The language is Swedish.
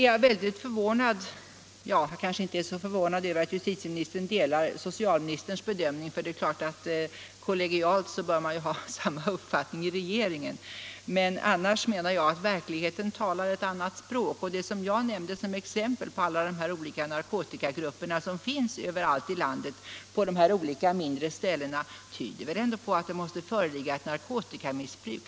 Jag är kanske inte så förvånad över att justitieministern delar socialministerns bedömningar, för det är klart att man kollegialt bör ha samma uppfattning i regeringen, men jag menar att verkligheten talar ett annat språk än justitieministern gör. Det jag nämnde som exempel på alla de olika narkotikagrupper som finns överallt i landet på olika mindre ställen tyder väl ändå på att det måste föreligga ett narkotikamissbruk.